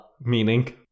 meaning